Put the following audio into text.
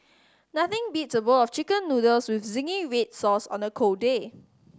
nothing beats a bowl of Chicken Noodles with zingy red sauce on a cold day